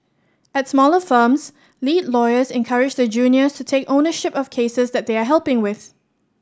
at smaller firms lead lawyers encourage their juniors to take ownership of cases that they are helping with